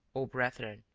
o brethren,